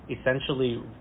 essentially